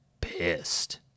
pissed